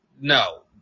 no